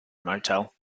motel